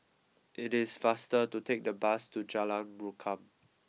it is faster to take the bus to Jalan Rukam